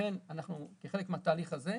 ולכן כחלק מהתהליך הזה,